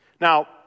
Now